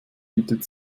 bietet